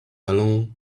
alone